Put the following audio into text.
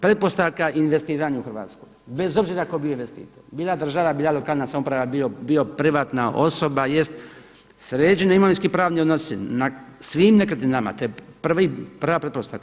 Pretpostavka investiranja u Hrvatskoj, bez obzira tko bio investitor, bila država, bila lokalna samouprava, bilo privatna osoba jest sređeni imovinski-pravni odnosi na svim nekretninama, to je prva pretpostavka.